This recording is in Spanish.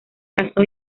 casó